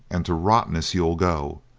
and to rottenness you'll go.